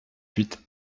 huit